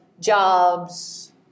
jobs